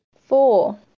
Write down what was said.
Four